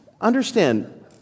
Understand